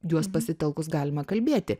juos pasitelkus galima kalbėti